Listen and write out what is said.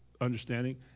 understanding